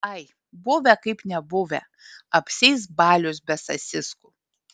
ai buvę kaip nebuvę apsieis balius be sasiskų